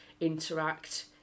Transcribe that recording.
interact